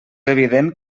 evident